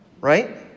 right